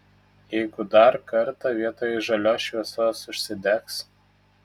jeigu dar kartą vietoj žalios šviesos užsidegs